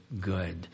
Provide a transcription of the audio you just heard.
good